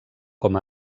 com